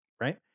right